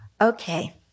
Okay